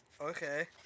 Okay